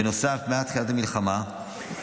בנוסף, מאז תחילת המלחמה,